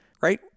right